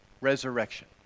Resurrection